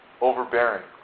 overbearing